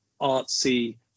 artsy